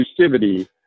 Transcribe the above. exclusivity